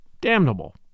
damnable